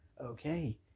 Okay